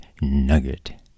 Nugget